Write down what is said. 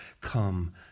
come